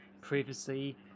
privacy